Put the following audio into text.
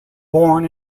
born